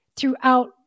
throughout